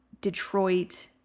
Detroit